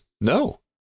no